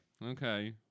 Okay